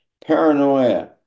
Paranoia